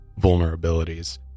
vulnerabilities